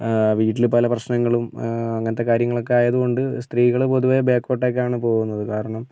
വീട്ടില് പല പ്രശ്നങ്ങളും അങ്ങനത്തെ കാര്യങ്ങൾ ഒക്കെ ആയത് കൊണ്ട് സ്ത്രീകൾ പൊതുവെ ബാക്കിലോട്ടേക്കാണ് പോകുന്നത് കാരണം